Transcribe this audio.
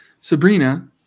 Sabrina